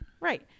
Right